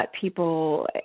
people